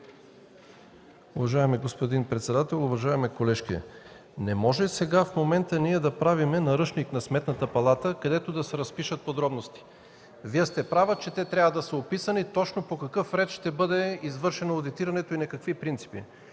Уважаеми господин председател, уважаема колежке, не може в момента да правим наръчник на Сметната палата, където да се разпишат подробности. Вие сте права, че трябва да са описани – точно по какъв ред ще бъде извършено одитирането и на какви принципи.